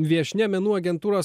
viešnia menų agentūros